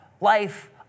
Life